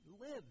lives